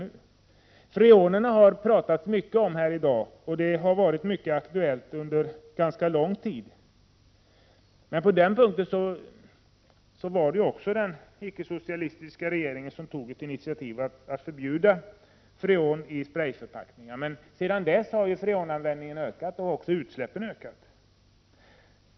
Freonerna har det talats mycket om i dag. De har varit aktuella under en ganska lång tid. Det var en icke-socialistisk regering som tog initiativet att förbjuda freonerna i sprejförpackningar. Sedan dess har freonanvändningen ökat, och också utsläppen har ökat.